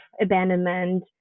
abandonment